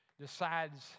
decides